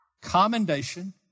Commendation